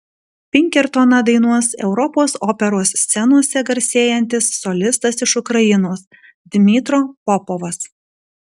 pinkertoną dainuos europos operos scenose garsėjantis solistas iš ukrainos dmytro popovas